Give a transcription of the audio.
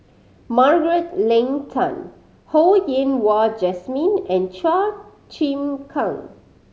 Margaret Leng Tan Ho Yen Wah Jesmine and Chua Chim Kang